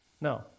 No